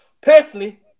Personally